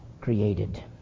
created